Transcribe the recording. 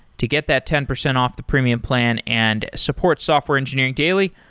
to get that ten percent off the premium plan and support software engineering daily,